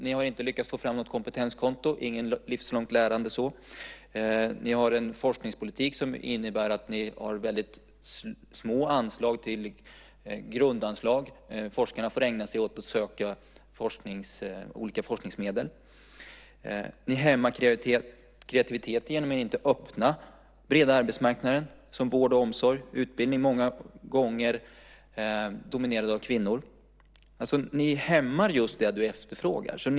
Ni har inte lyckats få fram ett kompetenskonto och inget livslångt lärande eller sådant. Er forskningspolitik innebär att ni har väldigt små grundanslag. Forskarna får ägna sig åt att söka olika forskningsmedel. Ni hämmar kreativiteten genom att inte öppna för en bredare arbetsmarknad. Jag tänker då på vård och omsorg och även på utbildning - områden många gånger dominerade av kvinnor. Ni hämmar just det som ni efterfrågar.